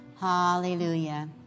Hallelujah